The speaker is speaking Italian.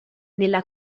nella